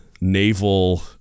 naval